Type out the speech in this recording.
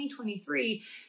2023